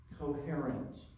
coherent